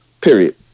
Period